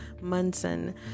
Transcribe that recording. munson